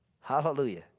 hallelujah